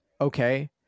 okay